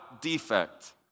Defect